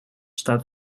staat